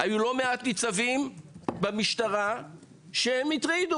היו לא מעט ניצבים במשטרה שהטרידו,